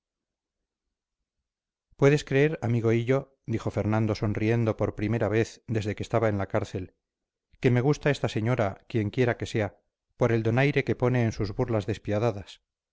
puedes creer amigo hillo dijo fernando sonriendo por primera vez desde que estaba en la cárcel que me gusta esta señora quien quiera que sea por el donaire que pone en sus burlas despiadadas